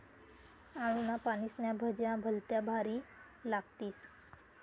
आळूना पानेस्न्या भज्या भलत्या भारी लागतीस